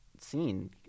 scene